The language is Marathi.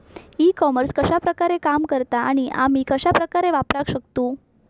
ई कॉमर्स कश्या प्रकारे काम करता आणि आमी कश्या प्रकारे वापराक शकतू?